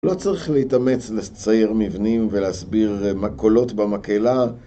לא צריך להתאמץ לצייר מבנים ולהסביר מקהולות במקהלה